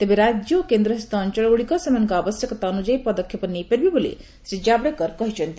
ତେବେ ରାଜ୍ୟ ଓ କେନ୍ଦ୍ରଶାସିତ ଅଞ୍ଚଳ ଗୁଡ଼ିକ ସେମାନଙ୍କ ଆବଶ୍ୟକତା ଅନୁଯାୟୀ ପଦକ୍ଷେପ ନେଇପାରିବେ ବୋଲି ଶ୍ରୀ ଜାଭେଡକର କହିଛନ୍ତି